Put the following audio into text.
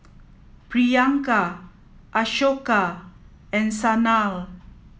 Priyanka Ashoka and Sanal